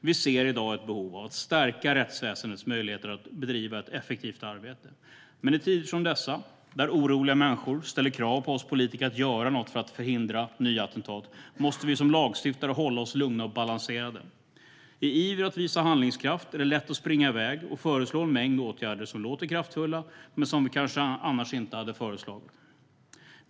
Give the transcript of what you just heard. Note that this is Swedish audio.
Vi ser i dag ett behov av att stärka rättsväsendets möjligheter att bedriva ett effektivt arbete. Men i tider som dessa, då oroliga människor ställer krav på oss politiker att göra något för att förhindra nya attentat, måste vi som lagstiftare håller oss lugna och balanserade. I iver att visa handlingskraft är det lätt att springa iväg och föreslå en mängd åtgärder som låter kraftfulla men som vi kanske inte hade föreslagit annars.